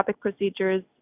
procedures